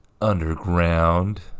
Underground